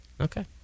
Okay